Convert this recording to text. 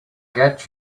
get